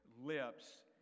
lips